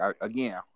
Again